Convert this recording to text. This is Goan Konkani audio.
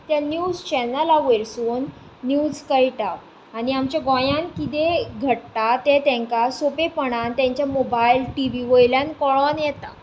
त्या न्यूज चॅनलां वयरसून न्यूज कळटा आनी आमचे गोंयान किदें घडटा तें तेंकां सोंपेपणान तेंच्या मोबायल टिवी वयल्यान कळून येता